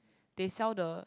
they sell the